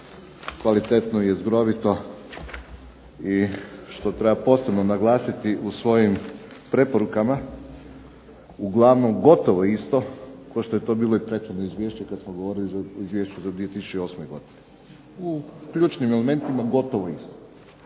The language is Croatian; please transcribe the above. kvalitetno i jezgrovito i što treba posebno naglasiti u svojim preporukama uglavnom gotovo isto kao što je to bilo prethodno izvješće kada smo govorili o izvješću za 2008. godinu. U ključnim elementima gotovo isto.